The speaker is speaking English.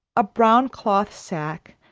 a brown cloth sacque,